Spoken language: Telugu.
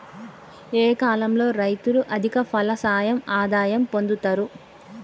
ఏ కాలం లో రైతులు అధిక ఫలసాయం ఆదాయం పొందుతరు?